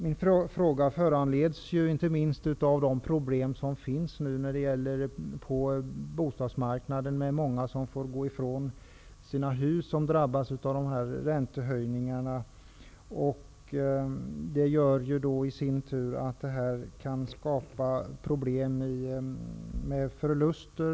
Min fråga föranleds inte minst av de problem som finns nu på bostadsmarknaden. Många som drabbas av räntehöjningarna får nu gå ifrån sina hus. Detta gör i sin tur att det kan skapas problem med förluster.